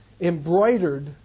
embroidered